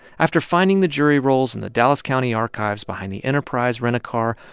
after finding the jury rolls in the dallas county archives behind the enterprise rent-a-car,